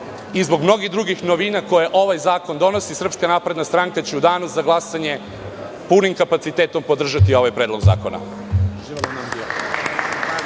i zbog mnogo drugih novina koje ovaj zakon donosi, SNS će u Danu za glasanje punim kapacitetom podržati ovaj predlog zakona.